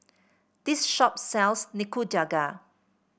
this shop sells Nikujaga